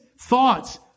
thoughts